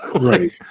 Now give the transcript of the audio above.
Right